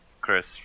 Chris